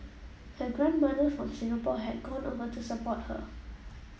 her grandmother from Singapore had gone over to support her